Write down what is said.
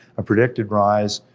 a predicted rise,